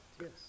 Yes